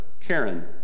Karen